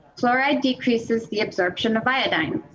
fluoride decreases the absorption of iodine.